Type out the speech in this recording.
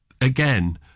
again